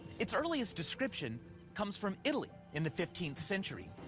its earliest description comes from italy in the fifteenth century.